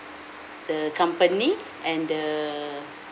the company and the